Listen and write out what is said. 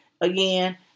again